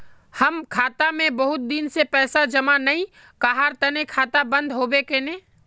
हम खाता में बहुत दिन से पैसा जमा नय कहार तने खाता बंद होबे केने?